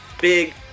big